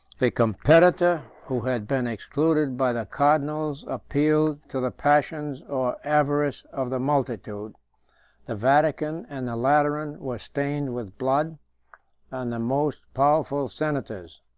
the competitor who had been excluded by the cardinals appealed to the passions or avarice of the multitude the vatican and the lateran were stained with blood and the most powerful senators,